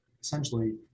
essentially